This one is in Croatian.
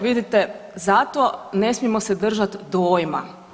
Vidite zato ne smijemo se držati dojma.